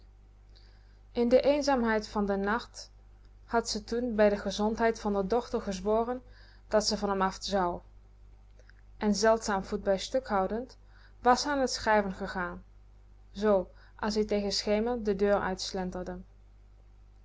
in de eenzaamheid van den nacht had ze toen bij de gezondheid van r dochter gezworen dat ze van m af zou en zeldzaam voet bij stuk houdend was ze aan t schrijven gegaan z as-ie tegen schemer de deur uit